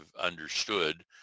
understood